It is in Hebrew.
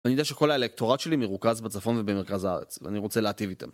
אני יודע שכל האלקטורט שלי מרוכז בצפון ובמרכז הארץ ואני רוצה להטיב איתם.